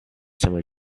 similar